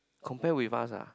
compare with us ah